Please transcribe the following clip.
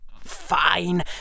Fine